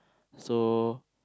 so